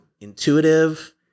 intuitive